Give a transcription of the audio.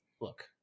look